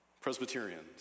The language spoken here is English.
Presbyterians